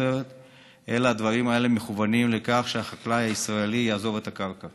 אלא הדברים האלה מכוונים לכך שהחקלאי הישראלי יעזוב את הקרקע